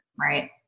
Right